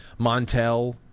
Montel